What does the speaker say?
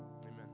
amen